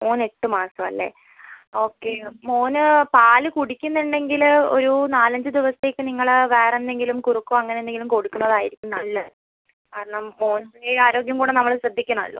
മോൻ എട്ട് മാസം അല്ലേ ഓക്കെ മോൻ പാൽ കുടിക്കുന്നുണ്ടെങ്കിൽ ഒരു നാലഞ്ച് ദിവസത്തേക്ക് നിങ്ങൾ വേറെന്തെങ്കിലും കുറുക്കോ അങ്ങനെ എന്തെങ്കിലും കൊടുക്കുന്നതായിരിക്കും നല്ലത് കാരണം മോൻ്റെ ആരോഗ്യം കൂടെ നമ്മൾ ശ്രദ്ധിക്കണമല്ലോ